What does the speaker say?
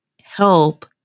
help